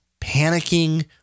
panicking